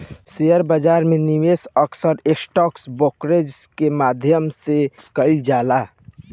share बाजार में निवेश अक्सर स्टॉक ब्रोकरेज के माध्यम से कईल जाला